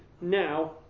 now